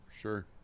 sure